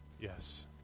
Yes